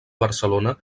barcelona